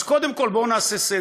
אז קודם כול בואו נעשה סדר: